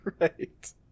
Right